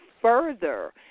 further